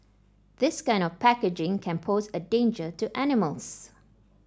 this kind of packaging can pose a danger to animals